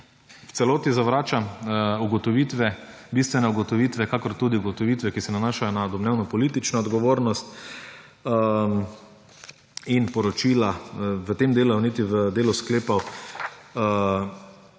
v celoti zavračam bistvene ugotovitve, kakor tudi ugotovitve, ki se nanašajo na domnevno politično odgovornost, in poročila v tem delu, niti v delu sklepov